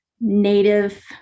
native